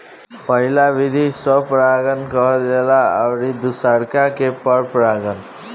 पहिला विधि स्व परागण कहल जाला अउरी दुसरका के पर परागण